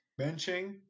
Benching